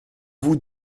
vous